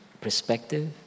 perspective